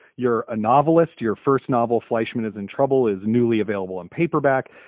you're a novelist. your first novel, fleischman is in trouble, is newly available in paperback.